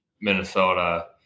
Minnesota